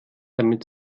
damit